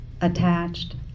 attached